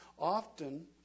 often